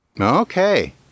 Okay